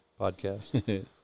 podcast